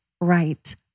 right